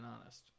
honest